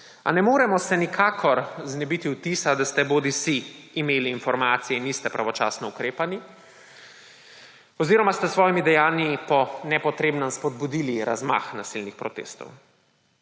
A ne moremo se nikakor znebiti vtisa, da ste bodisi imeli informacije in niste pravočasno ukrepali oziroma ste s svojimi dejanji po nepotrebnem spodbudili razmah nasilnih protestov.